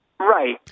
Right